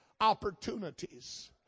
opportunities